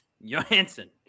Johansson